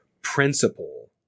principle